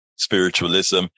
spiritualism